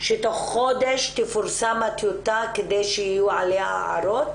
שתוך חודש תפורסם הטיוטה כדי שיהיו עליה הערות